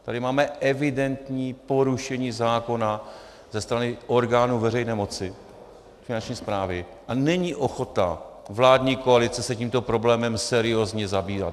Tady máme evidentní porušení zákona ze strany orgánů veřejné moci, Finanční správy, a není ochota vládní koalice se tímto problémem seriózně zabývat.